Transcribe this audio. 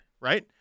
right